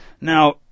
Now